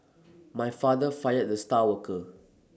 my father fired the star worker